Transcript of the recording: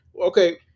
okay